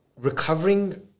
recovering